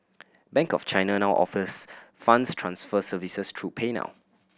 bank of China now offers funds transfer services through PayNow